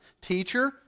Teacher